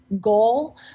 goal